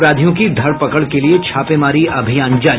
अपराधियों की धर पकड़ के लिये छापेमारी अभियान जारी